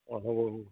অঁ হ'ব